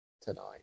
tonight